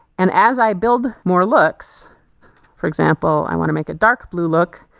and as i build more looks for example i want to make a dark blue look,